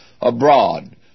abroad